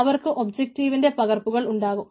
അവക്ക് ഒബ്ജക്റ്റിന്റെ പകർപ്പുകൾ ഉണ്ടാകും